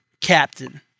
captain